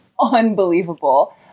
unbelievable